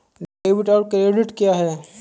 Debit और credit क्या है?